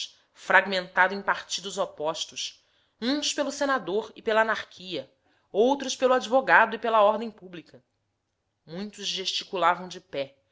fragmentado em partidos opostos uns pelo senador e pela anarquia outros pelo advogado e pela ordem pública muitos gesticulavam de pé